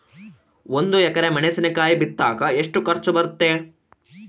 ಒಂದು ಎಕರೆ ಮೆಣಸಿನಕಾಯಿ ಬಿತ್ತಾಕ ಎಷ್ಟು ಖರ್ಚು ಬರುತ್ತೆ?